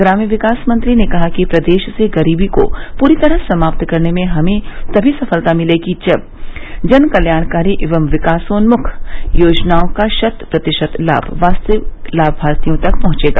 ग्राम्य विकास मंत्री ने कहा कि प्रदेश से गरीबी को पूरी तरह समाप्त करने में हमें तमी सफलता मिलेगी जब जन कल्याणकारी एवं विकासोन्मुख्य योजनाओं का शत प्रतिशत लाभ वास्तविक लाभार्थियों तक पहुंचेगा